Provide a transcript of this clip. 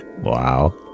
Wow